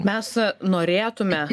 mes norėtume